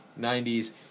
90s